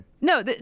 No